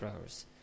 hours